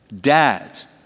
Dads